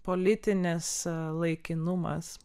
politinis laikinumas